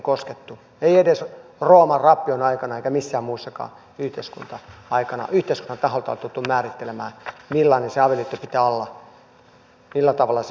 ei edes rooman rappion aikana eikä minään muunakaan yhteiskunta aikana yhteiskunnan taholta tultu määrittelemään millainen sen avioliiton pitää olla millä tavalla se pitää muuttaa